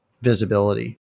visibility